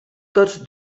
tots